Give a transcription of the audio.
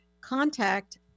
contact